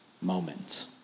moment